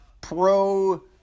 pro